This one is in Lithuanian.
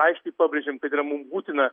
aiškiai pabrėžiam kad yra mum būtina